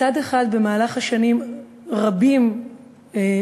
מצד אחד, במהלך השנים, רבים נולדים